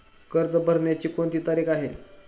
कर्ज भरण्याची कोणती तारीख आहे?